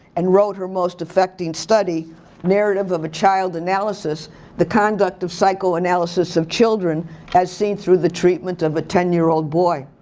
and wrote her most effecting study narrative of a child analysis the conduct of psychoanalysis of children as seen through the treatment of a ten year old boy.